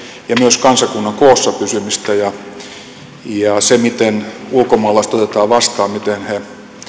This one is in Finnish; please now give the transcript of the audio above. ja myös kansakunnan koossa pysymistä ja sillä miten ulkomaalaiset otetaan vastaan miten he